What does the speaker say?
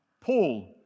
Paul